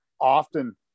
often